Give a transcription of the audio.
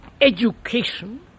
education